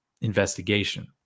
investigation